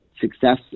success